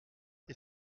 est